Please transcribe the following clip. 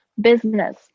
business